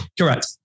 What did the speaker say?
Correct